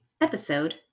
episode